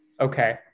Okay